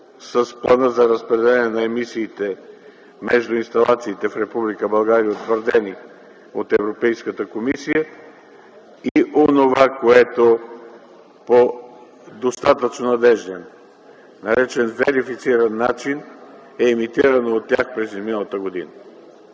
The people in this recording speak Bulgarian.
с Плана за разпределение на емисиите между инсталациите в Република България, утвърдени от Европейската комисия, и онова, което по достатъчно надежден, наречен верифициран начин, е емитирано от тях през изминалата година.